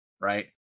right